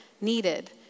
needed